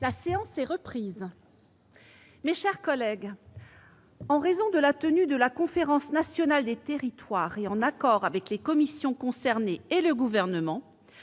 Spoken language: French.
La séance est reprise. Mes chers collègues, en raison de la tenue de la Conférence nationale des territoires, et en accord avec les commissions concernées et le Gouvernement,